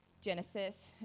Genesis